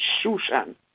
Shushan